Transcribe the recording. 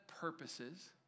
purposes